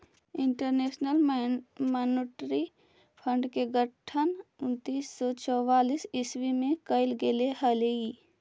international monetary fund के गठन उन्नीस सौ चौवालीस ईस्वी में कैल गेले हलइ